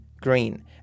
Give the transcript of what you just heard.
green